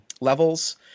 levels